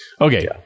Okay